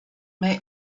may